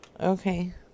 Okay